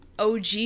OG